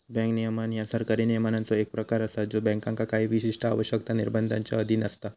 bank नियमन ह्या सरकारी नियमांचो एक प्रकार असा ज्यो बँकांका काही विशिष्ट आवश्यकता, निर्बंधांच्यो अधीन असता